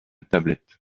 tablette